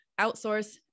outsource